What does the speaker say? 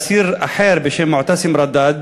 אסיר אחר בשם מועתסם רדאד,